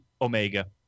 Omega